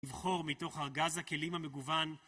לבחור מתוך ארגז הכלים המגוון